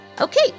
Okay